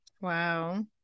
Wow